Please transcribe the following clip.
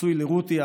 נשוי לרותי,